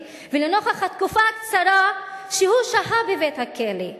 ולנוכח התקופה הקצרה שהוא שהה בבית-הכלא?